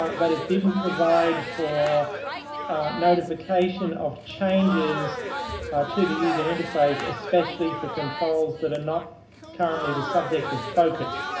but it didn't provide for notification of changes to the user interface, especially for controls that are not currently the subject of focus.